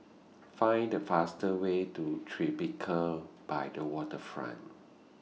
Find The fastest Way to Tribeca By The Waterfront